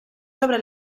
sobre